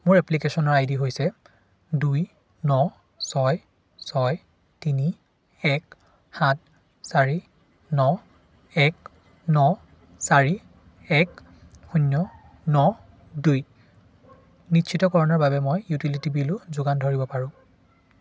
মোৰ এপ্লিকেচনৰ I D হৈছে দুই ন ছয় ছয় তিনি এক সাত চাৰি ন এক ন চাৰি এক শূন্য ন দুই নিশ্চিতকৰণৰ বাবে মই ইউটিলিটি বিলো যোগান ধৰিব পাৰোঁ